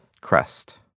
crest